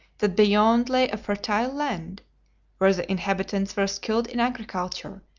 that beyond lay a fertile land where the inhabitants were skilled in agriculture,